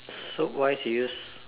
so why serious